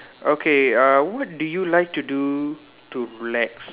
okay uh what do you like to do to relax